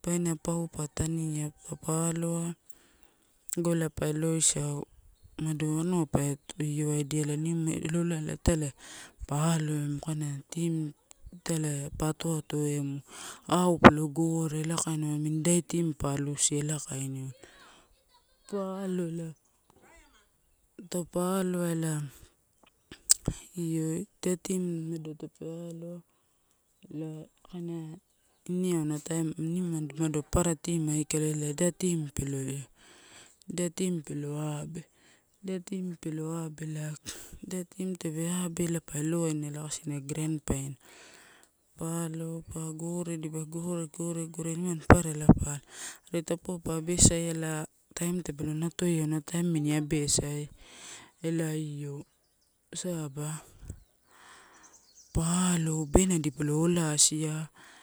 Babaina pau pa tania, taupa aloa, lago ela pa eloisau umada anua pa io waidia ela nimu elo lai italai pa alao emu kaina team italai pa ato atoemu. How palo gore ela kainiuwa amini idai team pa alusia ela kainiuwa pa alo ela, taupe aloa ela io idai team umadotapealoa ela kaina ine auna taim inimani umado papara ateam aikala ela ida team pelo io, ida team pelo abe-abe tape abe ela pei elowainala kaisina grand final. Pa alo pa dipa gore, gore, gore nimani papara ela pa eilo, are taupauwa pa abesaiala taim tapelo natoia auna taim na mini absai elai io saba pa alo bena dipalo olasia.